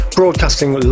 broadcasting